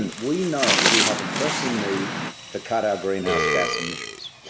and we know we have a pressing need to cut out greenhouse gas emissions.